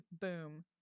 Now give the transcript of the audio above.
Boom